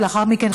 ולאחר מכן,